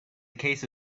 case